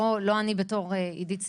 לא אני בתור עידית סילמן,